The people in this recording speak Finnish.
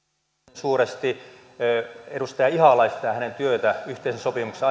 suuresti edustaja ihalaista ja hänen työtään yhteisen sopimuksen